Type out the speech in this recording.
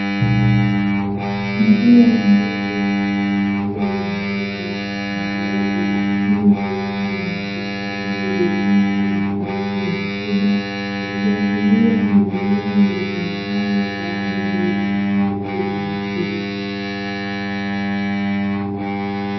Njia ndogo iliyozungukwa na uoto wa asili kama nyasi fupi, vichaka na miti mikubwa ikiashiria kuwa ni eneo litumikalo kwa ajili ya hifadhi ya misitu.